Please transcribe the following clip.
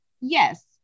Yes